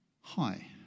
Hi